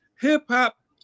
hip-hop